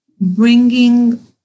bringing